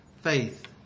faith